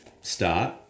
start